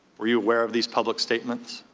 were you aware of these public statements?